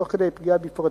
תוך כדי פגיעה בפרטיותו,